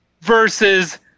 versus